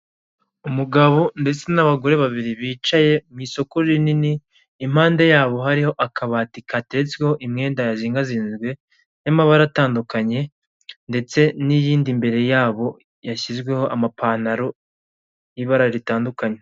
Umugabo ndetse n'abagore babiri bicaye mu isoko rinini, impande yabo hariho akabati kateretsweho imyenda yazingazinzwe y'amabara atandukanye, ndetse n'iyindi imbere yabo yashyizweho amapantaro y'ibara ritandukanye.